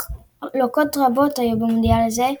מחלוקות רבות היו במונדיאל זה,